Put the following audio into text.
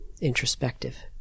introspective